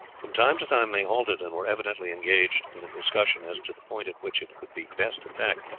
from time to time they halted, and were evidently engaged in a discussion as to the point at which it could be best attacked.